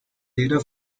later